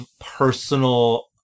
personal